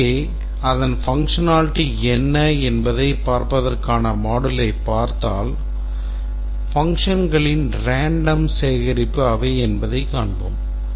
இங்கே அதன் functionality என்ன என்பதைப் பார்ப்பதற்கான moduleயைப் பார்த்தால் functionகளின் random சேகரிப்பு அவை என்பதைக் காண்போம்